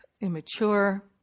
Immature